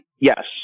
Yes